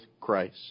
Christ